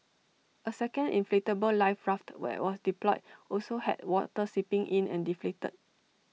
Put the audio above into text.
A second inflatable life raft where was deployed also had water seeping in and deflated